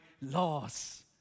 laws